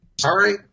sorry